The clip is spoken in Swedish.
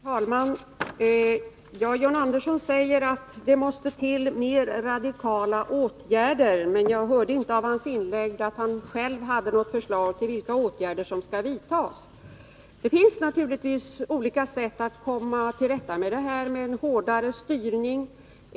Herr talman! John Andersson säger att det måste vidtas mera radikala åtgärder, men jag hörde inte av hans inlägg att han har några förslag till åtgärder. Det finns naturligtvis olika sätt att komma till rätta med detta problem, med en hårdare styrning.